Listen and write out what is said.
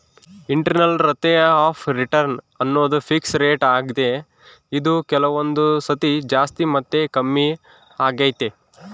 internal rate of return ಅನ್ನೋದು fix rate ಆಗ್ದೆ ಇದು ಕೆಲವೊಂದು ಸತಿ ಜಾಸ್ತಿ ಮತ್ತೆ ಕಮ್ಮಿಆಗ್ತೈತೆ